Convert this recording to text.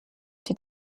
die